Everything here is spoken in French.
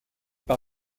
par